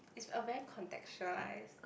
it's a very contextualised